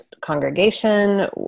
congregation